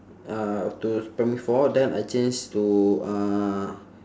uh up to primary four then I change to uh